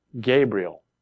Gabriel